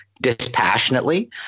dispassionately